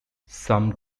some